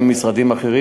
עם המשרדים האחרים,